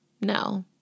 No